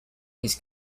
his